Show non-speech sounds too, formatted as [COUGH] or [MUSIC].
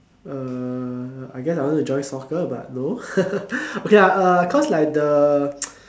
uh I guess I want to join soccer but no [LAUGHS] okay lah uh cause like the [NOISE]